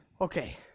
okay